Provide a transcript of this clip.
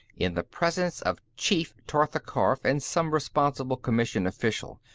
in the presence of chief tortha karf and some responsible commission official.